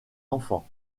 enfant